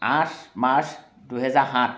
আঠ মাৰ্চ দুহেজাৰ সাত